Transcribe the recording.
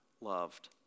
loved